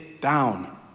down